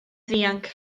ddianc